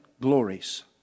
glories